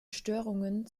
störungen